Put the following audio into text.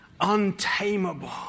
Untamable